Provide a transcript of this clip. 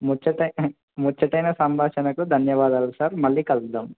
ముచ్చట ముచ్చటైన సంభాషణకు ధన్యవాదాలు సార్ మళ్ళీ కలుదాం